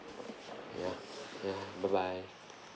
ya ya bye bye